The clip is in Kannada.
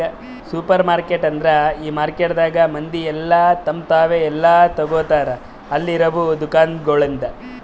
ಸೂಪರ್ಮಾರ್ಕೆಟ್ ಅಂದುರ್ ಈ ಮಾರ್ಕೆಟದಾಗ್ ಮಂದಿ ಎಲ್ಲಾ ತಮ್ ತಾವೇ ಎಲ್ಲಾ ತೋಗತಾರ್ ಅಲ್ಲಿ ಇರವು ದುಕಾನಗೊಳ್ದಾಂದು